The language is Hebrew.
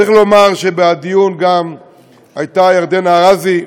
צריך לומר שבדיון גם הייתה ירדנה ארזי,